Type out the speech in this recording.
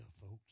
folks